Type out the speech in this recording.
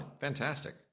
Fantastic